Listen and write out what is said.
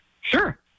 Sure